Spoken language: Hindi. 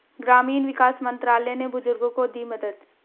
ग्रामीण विकास मंत्रालय ने बुजुर्गों को दी मदद